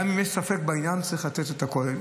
גם אם יש ספק בעניין הזה, צריך לתת את הכול.